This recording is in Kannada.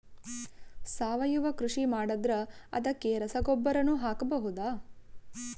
ಸಾವಯವ ಕೃಷಿ ಮಾಡದ್ರ ಅದಕ್ಕೆ ರಸಗೊಬ್ಬರನು ಹಾಕಬಹುದಾ?